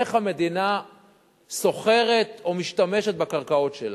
איך המדינה סוחרת או משתמשת בקרקעות שלה.